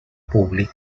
públic